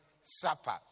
supper